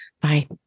Bye